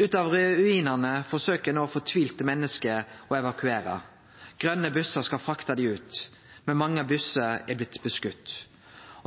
Ut av ruinane forsøkjer nå fortvilte menneske å evakuere. Grøne bussar skal frakte dei ut. Men det har blitt skote mot mange bussar.